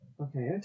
Okay